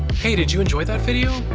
hey did you enjoy that video?